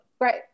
great